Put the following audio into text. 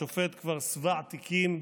השופט כבר שבע תיקים,